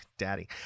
Daddy